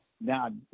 Now